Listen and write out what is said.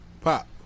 Pop